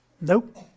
Nope